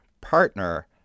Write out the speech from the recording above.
partner